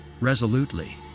resolutely